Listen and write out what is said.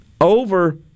over